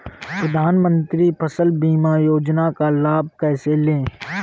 प्रधानमंत्री फसल बीमा योजना का लाभ कैसे लें?